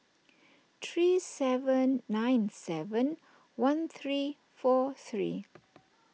three seven nine seven one three four three